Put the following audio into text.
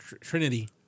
Trinity